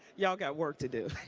y'all got work to do.